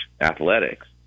athletics